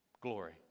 glory